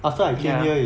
ya